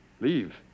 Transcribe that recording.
Leave